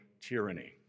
tyranny